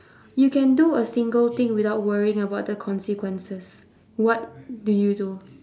you can do a single thing without worrying about the consequences what do you do